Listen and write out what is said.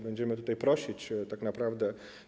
Będziemy o to prosić tak naprawdę.